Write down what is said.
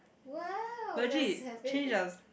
!wow! let's have it